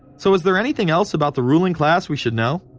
so is there anything else about the ruling class we should know?